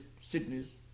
Sydney's